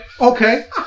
Okay